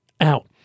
out